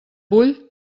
vull